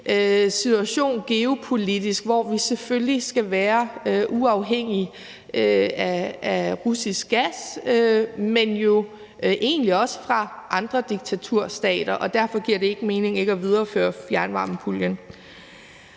situation geopolitisk, hvor vi selvfølgelig skal være uafhængige af russisk gas, men jo egentlig også af andre diktaturstater. Derfor giver det ikke mening ikke at videreføre fjernvarmepuljen.